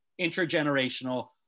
intergenerational